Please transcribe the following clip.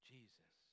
Jesus